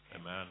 Amen